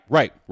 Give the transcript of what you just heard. right